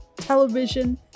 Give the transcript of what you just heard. television